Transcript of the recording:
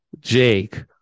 Jake